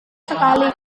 sekali